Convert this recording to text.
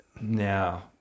now